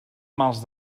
mals